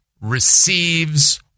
receives